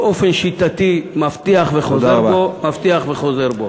באופן שיטתי מבטיח וחוזר בו, מבטיח וחוזר בו.